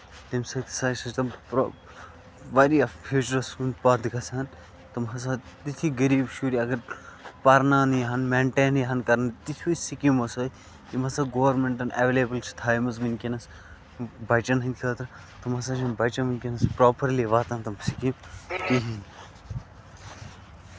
تَمہِ سۭتۍ ہسا چھِ تِم واریاہ فیوٗچرَس کُن پَتھ گژھان تِم ہسا تِتھی غریٖب شُرۍ اَگر پَرناونہٕ یِہَن مینٹین یہَن کرنہٕ تِتھوٕے سِکیٖمَو سۭتۍ یِم ہسا گورمینٹَن ایویلیبٔل چھِ تھایمٕژ ؤنکیٚنَس بَچن ہٕندۍ خٲطرٕ تِم ہسا چھِنہٕ بَچَن ؤنکیٚنَس پروپَرلی واتان تِم سِکیٖمہٕ کِہنۍ